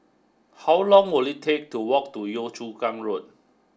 how long will it take to walk to Yio Chu Kang Road